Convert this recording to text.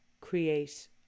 create